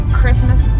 Christmas